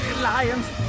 Lions